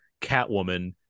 Catwoman